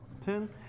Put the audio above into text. ten